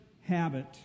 habit